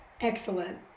Excellent